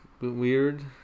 weird